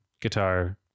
guitar